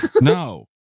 No